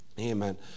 amen